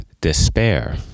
despair